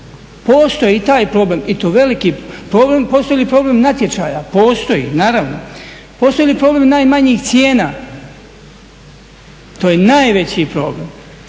postoji li problem natječaja? Postoji, naravno. Postoji li problem najmanjih cijena? To je najveći problem,